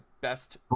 best